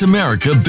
America